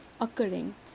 occurring